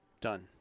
Done